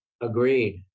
Agreed